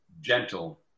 gentle